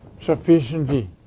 sufficiently